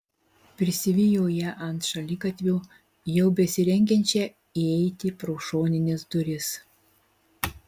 prisivijo ją ant šaligatvio jau besirengiančią įeiti pro šonines duris